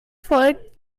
folgt